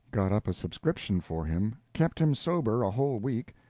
got up a subscription for him, kept him sober a whole week,